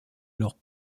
alors